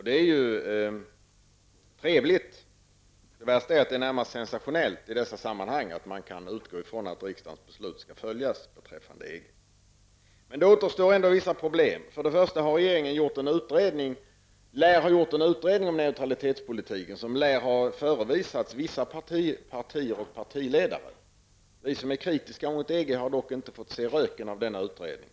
Det är ju trevligt, men det värsta är att det i dessa sammanhang är närmast sensationellt att utgå från att riksdagens beslut beträffande EG skall följas. Det återstå ändå vissa problem. För det första lär regeringen ha gjort en utredning om neutralitetspolitiken som lär ha förevisats vissa partier och partiledare. Vi som är kritiska mot EG har dock inte fått se röken av denna utredning.